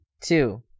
two